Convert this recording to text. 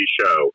show